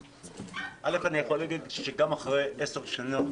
אני יכול להגיד שגם אחרי עשר שנות